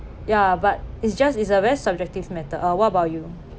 ya but it's just is a very subjective matter ah what about you